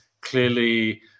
clearly